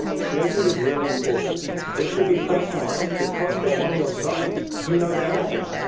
creative is really important. it should be personalized, because they're on your site, you know their name.